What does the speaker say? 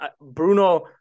Bruno